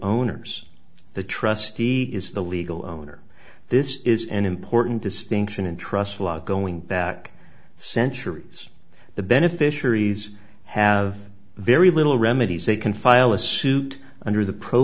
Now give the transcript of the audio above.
owners the trustee is the legal owner this is an important distinction in trust a lot going back centuries the beneficiaries have very little remedies they can file a suit under the pro